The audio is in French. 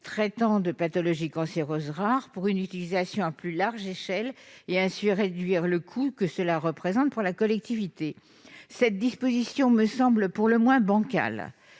traitant de pathologies cancéreuses rares pour une utilisation à plus large échelle, ce qui permettrait de réduire le coût que cela représente pour la collectivité. Cette disposition me paraît pour le moins bancale,